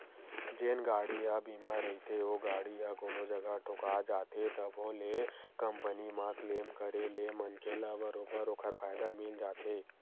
जेन गाड़ी ह बीमा रहिथे ओ गाड़ी ह कोनो जगा ठोका जाथे तभो ले कंपनी म क्लेम करे ले मनखे ल बरोबर ओखर फायदा मिल जाथे